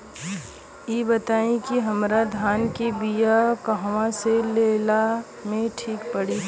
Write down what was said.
इ बताईं की हमरा धान के बिया कहवा से लेला मे ठीक पड़ी?